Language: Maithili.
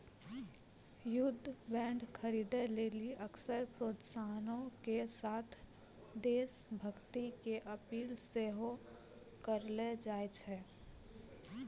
युद्ध बांड खरीदे लेली अक्सर प्रोत्साहनो के साथे देश भक्ति के अपील सेहो करलो जाय छै